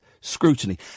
scrutiny